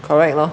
correct lor